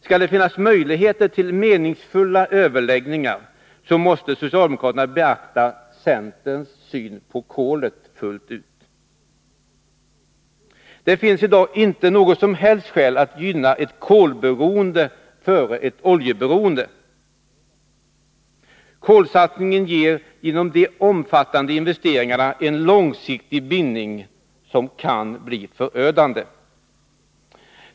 Skall det finnas möjligheter till meningsfulla överläggningar, så måste socialdemokraterna beakta centerns syn på kolet fullt ut. Det finns i dag inget som helst skäl att gynna ett kolberoende före ett oljeberoende. Kolsatsningen ger genom de omfattande investeringarna en långsiktig bindning som kan bli förödande.